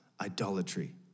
Idolatry